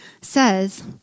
says